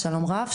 שלום רב,